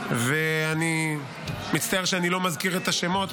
ואני מצטער שאני לא מזכיר את השמות,